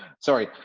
sorry.